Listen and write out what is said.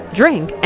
drink